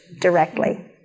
directly